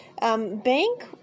Bank